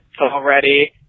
Already